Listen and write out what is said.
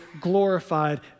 glorified